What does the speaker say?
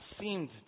seemed